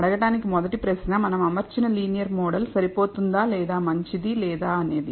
అడగడానికి మొదటి ప్రశ్న మనం అమర్చిన లీనియర్ మోడల్ సరిపోతుందా లేదా మంచిది లేదా అనేది